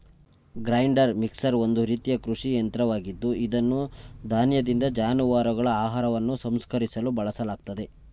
grinder mixer ಒಂದು ರೀತಿಯ ಕೃಷಿ ಯಂತ್ರವಾಗಿದ್ದು ಇದನ್ನು ಧಾನ್ಯದಿಂದ ಜಾನುವಾರುಗಳ ಆಹಾರವನ್ನು ಸಂಸ್ಕರಿಸಲು ಬಳಸಲಾಗ್ತದೆ